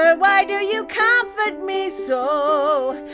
ah why do you comfort me so?